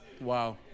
Wow